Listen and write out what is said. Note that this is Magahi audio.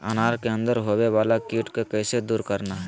अनार के अंदर होवे वाला कीट के कैसे दूर करना है?